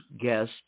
guest